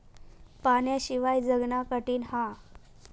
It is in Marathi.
पाण्याशिवाय जगना कठीन हा